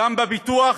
גם בביטוח,